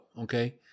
okay